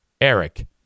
Eric